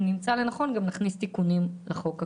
ואם נמצא לנכון נכניס תיקונים לחוק הקיים.